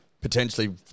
Potentially